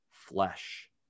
flesh